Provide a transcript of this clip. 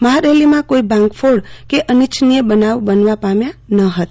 મહારેલીમાં કોઈ ભાંગફોડ કે અનિચ્છનીય બનાવો બનવા પામ્યા ન હતા